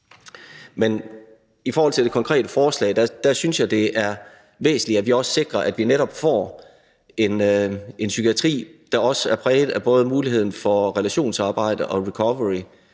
Men i forhold til det konkrete forslag synes jeg, det er væsentligt, at vi også sikrer, at vi netop får en psykiatri, der også er præget af både muligheden for relationsarbejde og recovery.